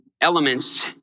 elements